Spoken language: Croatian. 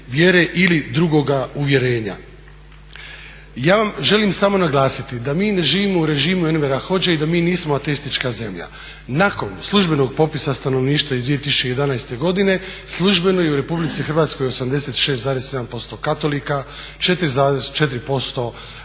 vjere ili drugoga uvjerenja. Ja vam želim samo naglasiti da mi ne živimo u režimu Envera Hodže i da mi nismo ateistička zemlja. Nakon službenog popisa stanovništva iz 2011. godine službeno je u Republici Hrvatskoj 86,7% katolika, 4,4% pravoslavnih